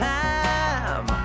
time